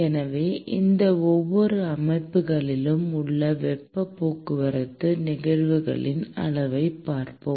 எனவே இந்த ஒவ்வொரு அமைப்புகளிலும் உள்ள வெப்பப் போக்குவரத்து நிகழ்வுகளின் அளவைப் பார்ப்போம்